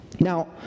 Now